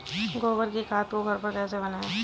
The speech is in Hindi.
गोबर की खाद को घर पर कैसे बनाएँ?